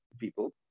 people